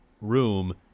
room